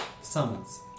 Summons